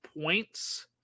points